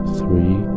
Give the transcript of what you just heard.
three